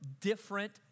different